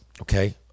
okay